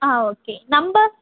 ah okay number